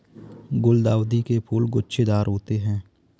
गुलदाउदी के फूल गुच्छेदार होते हैं